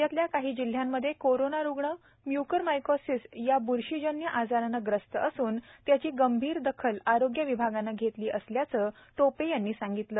राज्यातल्या काही जिल्ह्यांमध्ये कोरोना रुग्ण म्य्करमायकोसीस या ब्रशीजन्य आजाराने ग्रस्त असून त्याची गंभीर दखल आरोग्य विभागानं घेतली असल्याचं टोपे यांनी सांगितलं